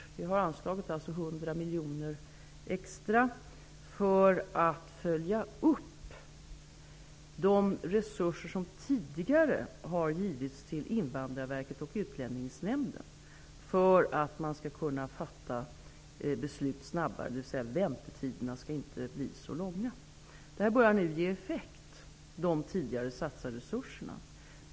Regeringen har anslagit 100 miljoner extra för att följa upp de resurser som tidigare har givits Invandrarverket och Utlänningsnämnden för att de skall kunna fatta beslut snabbare och för att väntetiderna inte skall bli så långa. De tidigare satsade resurserna börjar nu ge effekt.